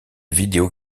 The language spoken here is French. vidéo